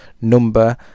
number